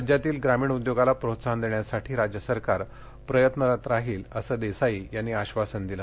राज्यातील ग्रामीण उद्योगाला प्रोत्साहन देण्यासाठी राज्य सरकार प्रयत्नरत राहील असं देसाई यांनी आश्वासन दिलं